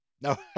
No